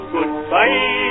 Goodbye